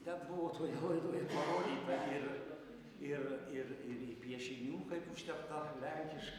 ten buvo toje laidoje parodyta ir ir ir ir piešinių kaip užtepta lenkišk